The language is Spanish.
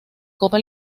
copa